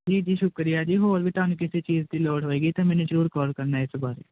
ਜੀ ਜੀ ਸ਼ੁਕਰੀਆ ਜੀ ਹੋਰ ਵੀ ਤੁਹਾਨੂੰ ਕਿਤੇ ਚੀਜ਼ ਦੀ ਲੋੜ ਹੋਵੇਗੀ ਤਾਂ ਮੈਨੂੰ ਜ਼ਰੂਰ ਕੋਲ ਕਰਨਾ ਇਸ ਵਾਰ